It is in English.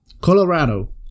Colorado